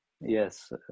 Yes